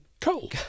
coal